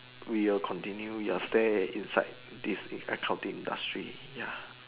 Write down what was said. we will continue your fair inside this accounting industry ya